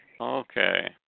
Okay